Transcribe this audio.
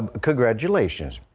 congratulations.